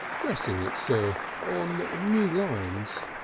dressing it, sir on new lines.